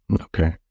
Okay